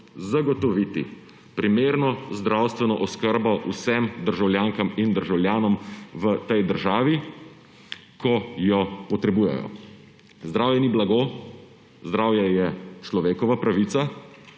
zagotoviti primerno zdravstveno oskrbo vsem državljankam in državljanom v tej državi, ko jo potrebujejo. Zdravje ni blago, zdravje je človekova pravica,